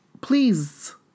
please